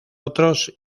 otros